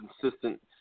consistent